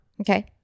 Okay